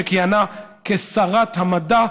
שכיהנה כשרת המדע,